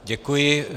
Děkuji.